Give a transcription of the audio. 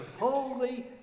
holy